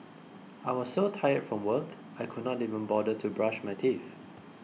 I was so tired from work I could not even bother to brush my teeth